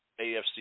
AFC